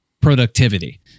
productivity